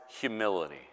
humility